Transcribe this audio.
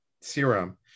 serum